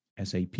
SAP